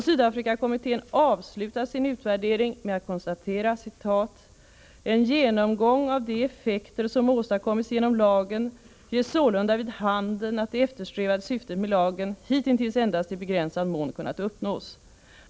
Sydafrikakommittén avslutar sin utvärdering med att konstatera: ”En genomgång av de effekter som åstadkommits genom lagen ger sålunda vid handen att det eftersträvade syftet med lagen hitintills endast i begränsad mån kunnat uppnås.